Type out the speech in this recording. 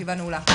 הישיבה נעולה.